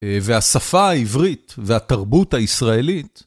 והשפה העברית והתרבות הישראלית